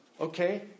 Okay